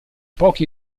pochi